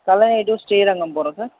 Kallanai to Srirangam போகிறோம் sir